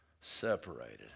separated